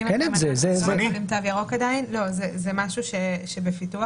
זה משהו שהוא בפיתוח.